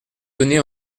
donné